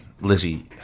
Lizzie